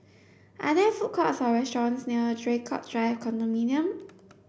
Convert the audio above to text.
are there food courts or restaurants near Draycott Drive Condominium